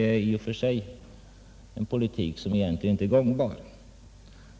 En sådan politik är egentligen inte gångbar.